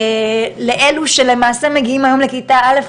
לאלה שלמעשה מגיעים היום לכיתה א',